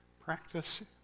Practice